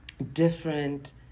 different